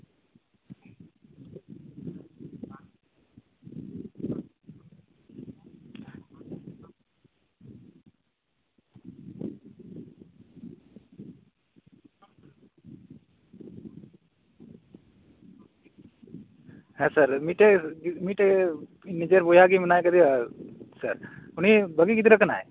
ᱦᱮᱸ ᱥᱟᱨ ᱢᱤᱫᱴᱮᱡ ᱢᱤᱫᱴᱮᱡ ᱱᱤᱡᱮᱨ ᱵᱚᱭᱦᱟ ᱜᱮ ᱢᱮᱱᱟᱭ ᱟᱠᱟᱫᱮᱭᱟ ᱢᱮᱱᱟᱭ ᱠᱟᱫᱮᱭᱟ ᱥᱟᱨ ᱩᱱᱤ ᱵᱷᱟᱜᱤ ᱜᱤᱫᱽᱨᱟᱹ ᱠᱟᱱᱟᱭ